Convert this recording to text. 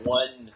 one